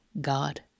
God